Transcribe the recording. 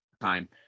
time